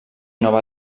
nova